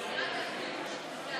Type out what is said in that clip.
ביתנו לסעיף 1 לא נתקבלה.